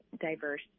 diverse